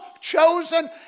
chosen